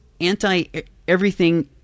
anti-everything